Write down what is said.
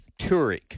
Turek